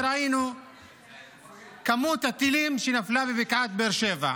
וראינו את כמות הטילים שנפלה בבקעת באר שבע.